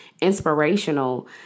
inspirational